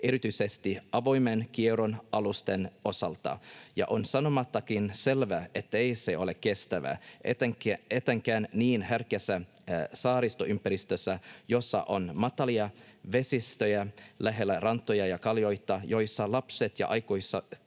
erityisesti avoimen kierron alusten osalta, ja on sanomattakin selvää, ettei se ole kestävää etenkään niin herkässä saaristoympäristössä, jossa on matalia vesistöjä lähellä rantoja ja kallioita, jossa lapset ja aikuiset